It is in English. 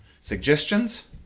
suggestions